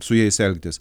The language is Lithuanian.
su jais elgtis